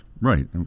Right